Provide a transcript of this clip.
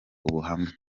ubuhamya